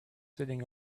sitting